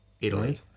italy